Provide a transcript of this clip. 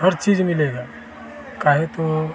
हर चीज़ मिलेगी कहे तो